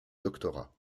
doctorat